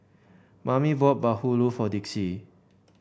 Mammie bought bahulu for Dixie